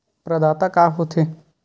प्रदाता का हो थे?